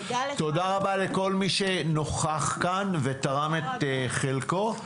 תודה רבה לכל מי שנוכח כאן ותרם את חלקו.